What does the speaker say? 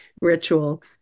ritual